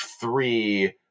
three